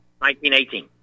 1918